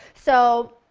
so,